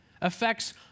affects